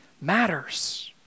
matters